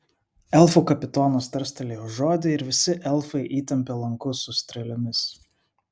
elfų kapitonas tarstelėjo žodį ir visi elfai įtempė lankus su strėlėmis